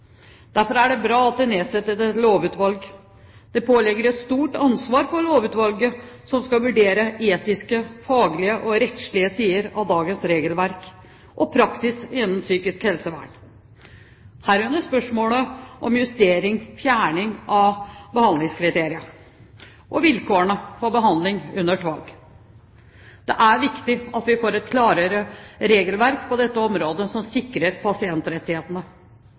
Derfor er det bra at det nedsettes et lovutvalg. Det ligger et stort ansvar på lovutvalget, som skal vurdere etiske, faglige og rettslige sider av dagens regelverk og praksis innen psykisk helsevern, herunder spørsmål om justering/fjerning av behandlingskriteriet og vilkårene for behandling under tvang. Det er viktig at vi får et klarere regelverk på dette området som sikrer pasientrettighetene.